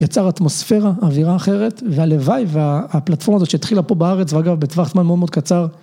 יצר אטמוספירה, אווירה אחרת והלוואי והפלטפורמה הזאת שהתחילה פה בארץ ואגב בטווח זמן מאוד מאוד קצר.